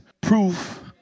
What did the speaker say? proof